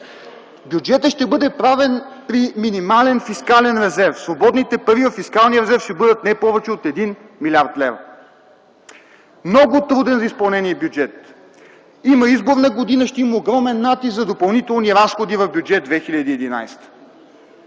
Бюджетът ще бъде правен при минимален фискален резерв. Свободните пари от фискалния резерв ще бъдат не повече от 1 млрд. лв. – много труден за изпълнение бюджет. Има изборна година, ще има огромен натиск за допълнителни разходи в Бюджет 2011.